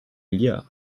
milliards